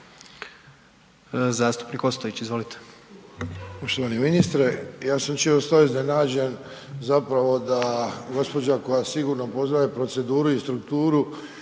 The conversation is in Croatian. Zastupnik Ostojić, izvolite.